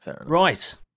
right